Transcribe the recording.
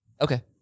Okay